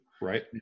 Right